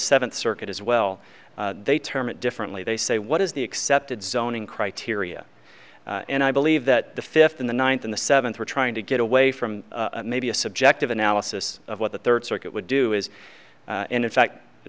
seventh circuit as well they term it differently they say what is the accepted zoning criteria and i believe that the fifth in the ninth in the seventh we're trying to get away from maybe a subjective analysis of what the third circuit would do is and in fact